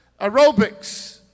aerobics